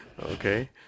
Okay